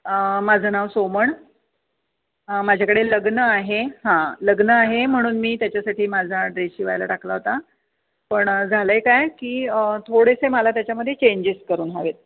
माझं नाव सोमण माझ्याकडे लग्न आहे हां लग्न आहे म्हणून मी त्याच्यासाठी माझा ड्रेस शिवायला टाकला होता पण झालं आहे काय की थोडेसे मला त्याच्यामध्ये चेंजेस करून हवे आहेत